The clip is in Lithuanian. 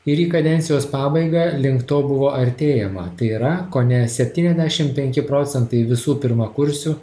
ir į kadencijos pabaigą link to buvo artėjama tai yra kone septyniasdešim penki procentai visų pirmakursių